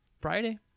Friday